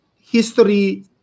history